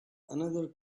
another